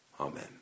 Amen